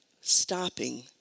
stopping